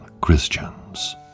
Christians